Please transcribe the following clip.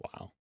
wow